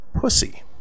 pussy